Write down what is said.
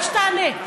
רק שתענה.